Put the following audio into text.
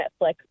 netflix